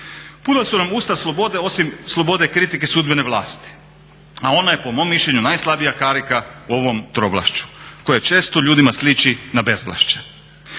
Puna su nam usta slobode osim slobode kritike sudbene vlasti, a ona je po mom mišljenju najslabija karika u ovom trovlašću koje često ljudima sliči na bezvlašće.